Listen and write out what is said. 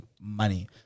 money